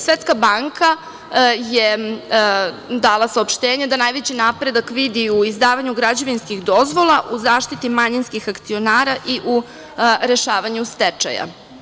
Svetska banka je dala saopštenje da najveći napredak vidi u izdavanju građevinskih dozvola, u zaštiti manjinskih akcionara i u rešavanju stečaja.